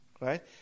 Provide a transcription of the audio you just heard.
right